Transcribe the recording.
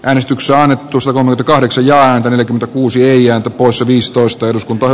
äänestykseen osuutemme takaa niksejään yli kuusi ja osa viistosta eduskuntaan